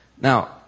Now